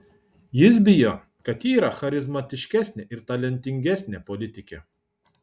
jis bijo kad ji yra charizmatiškesnė ir talentingesnė politikė